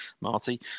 Marty